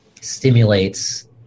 stimulates